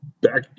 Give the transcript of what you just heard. back